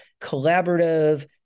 collaborative